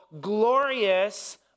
glorious